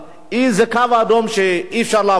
זה קו אדום שאי-אפשר לעבור אותו.